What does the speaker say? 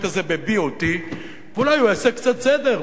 הזה ב-BOT ואולי הוא יעשה קצת סדר.